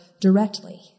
directly